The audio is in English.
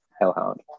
Hellhound